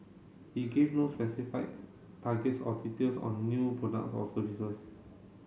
he gave no specified targets or details on new products or services